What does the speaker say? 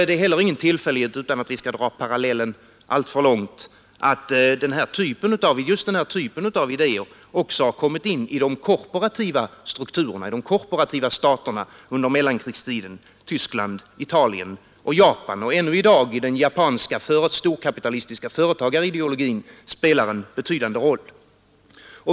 Det är heller ingen tillfällighet, utan att vi eningar, m.m. skall dra parallellen alltför långt, att just den här typen av idéer också har kommit in i de korporativa staterna under mellankrigstiden — Tyskland, Italien och Japan och ännu i dag spelar en betydande roll i den japanska storkapitalistiska företagarideologin.